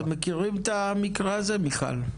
אתם מכירים את המקרה הזה מיכל?